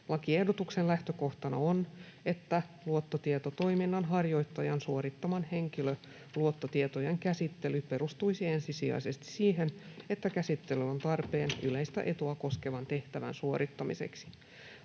Lakiehdotuksen lähtökohtana on, että luottotietotoiminnan harjoittajan suorittama henkilöluottotietojen käsittely perustuisi ensisijaisesti siihen, että käsittely on tarpeen yleistä etua koskevan tehtävän suorittamiseksi.